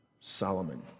Solomon